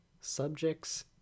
subjects